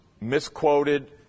misquoted